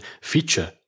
feature